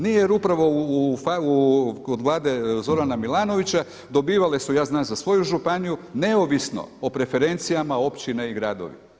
Nije, jer upravo kod Vlade Zorana Milanovića dobivale su, ja znam za svoju županiju neovisno o preferencijama općine i gradovi.